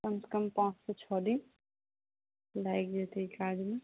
कम से कम पाँच से छओ दिन लागि जेतै ई काजमे